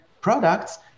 products